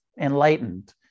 enlightened